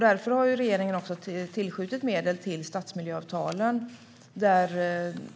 Därför har regeringen också tillskjutit medel till stadsmiljöavtalen.